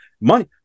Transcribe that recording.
Money